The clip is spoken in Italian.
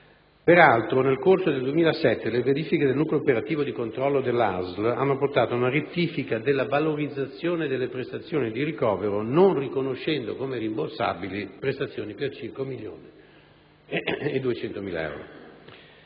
Peraltro, nel corso del 2007, le verifiche del nucleo operativo di controllo della ASL hanno portato ad una rettifica della valorizzazione delle prestazioni di ricovero, non riconoscendo come rimborsabili prestazioni per circa 1.200.000 euro.